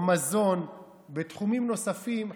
במזון, בתחומים נוספים.